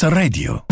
radio